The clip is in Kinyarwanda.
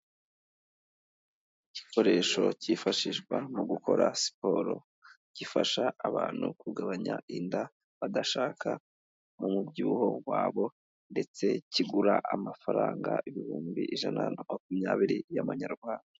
Igikoresho cyifashishwa mu gukora siporo, gifasha abantu kugabanya inda badashaka umubyibuho wabo ndetse kigura amafaranga ibihumbi ijana na makumyabiri y'Amanyarwanda.